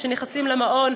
כשנכנסים למעון,